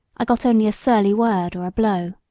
i got only a surly word or a blow.